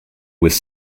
was